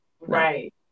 Right